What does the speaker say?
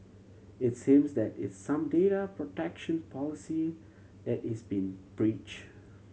its seems that is some data protection policy that is being breached